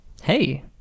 Hey